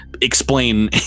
explain